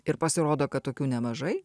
ir pasirodo kad tokių nemažai